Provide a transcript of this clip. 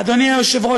אדוני היושב-ראש,